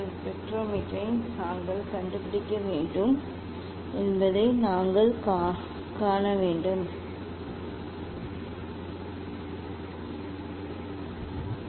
உங்கள் ஸ்பெக்ட்ரோமீட்டரை நாங்கள் கண்டுபிடிக்க வேண்டும் என்பதை நாங்கள் காண வேண்டும் எங்கள் ஸ்பெக்ட்ரோமீட்டரில் 1 டிகிரிக்கு இடையில் 1 டிகிரி 3 உள்ளன 3 பிரிவு உள்ளன